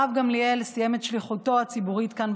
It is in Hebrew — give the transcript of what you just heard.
הרב גמליאל סיים את שליחותו הציבורית כאן,